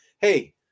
Hey